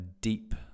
deep